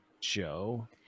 Joe